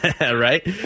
Right